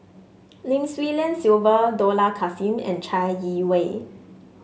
Lim Swee Lian Sylvia Dollah Kassim and Chai Yee Wei